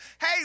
Hey